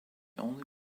only